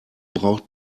braucht